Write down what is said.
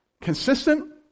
Consistent